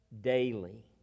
daily